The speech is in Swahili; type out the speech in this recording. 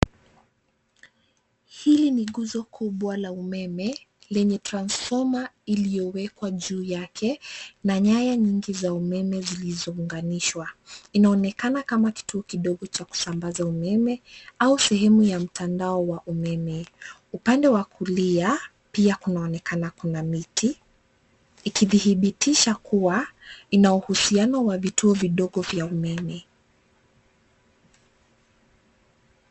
Hili ni nguzo kubwa la umeme lenye transformer iliyowekwa juu yake na nyaya nyingi za umeme zilizounganishwa. Inaonekana kama kituo kidogo cha kusambaza umeme, au sehemu ya mtandao wa umeme. Upande wa kulia pia kunaonekana kuna miti, ikidhibitisha kuwa ina uhusiano wa vituo vidogo vya umeme.